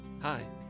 Hi